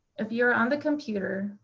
if you're on the computer,